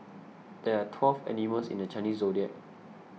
there are twelve animals in the Chinese zodiac